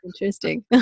interesting